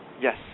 Yes